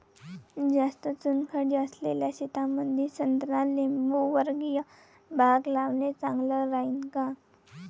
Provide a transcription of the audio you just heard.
जास्त चुनखडी असलेल्या शेतामंदी संत्रा लिंबूवर्गीय बाग लावणे चांगलं राहिन का?